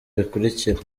bikurikira